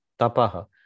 Tapaha